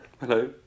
Hello